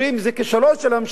זה כישלון של הממשלה,